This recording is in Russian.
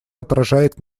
отражает